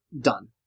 done